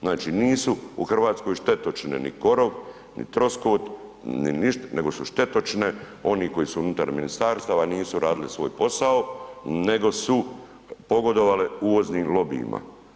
Znači nisu u Hrvatskoj štetočine ni korov ni troskot ni ništa nego su štetočine oni koji su unutar ministarstava a nisu radili svoj posao nego su pogodovale uvoznim lobijima.